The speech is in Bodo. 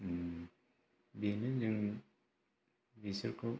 बेनो जोंनि बिसोरखौ